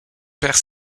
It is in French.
père